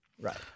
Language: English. Right